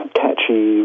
catchy